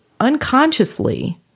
unconsciously